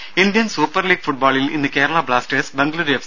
രും Indian Super League ഫുട്ബോളിൽ ഇന്ന് കേരള ബ്ലാസ്റ്റേഴ്സ് ബംഗലുരു എഫ്